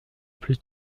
plus